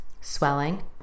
swelling